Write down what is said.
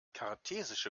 kartesische